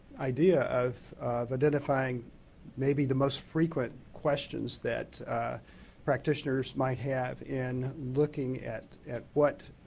idea of identifying maybe the most frequent questions that practitioners might have in looking at at what